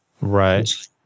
Right